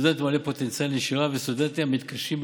סטודנטים בעלי פוטנציאל נשירה וסטודנטים המתקשים בלימודיהם.